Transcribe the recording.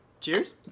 Cheers